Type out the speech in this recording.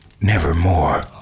nevermore